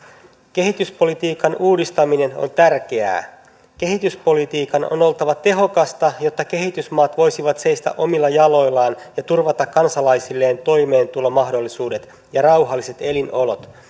kehityspolitiikan uudistaminen on tärkeää kehityspolitiikan on oltava tehokasta jotta kehitysmaat voisivat seistä omilla jaloillaan ja turvata kansalaisilleen toimeentulomahdollisuudet ja rauhalliset elinolot